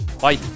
Bye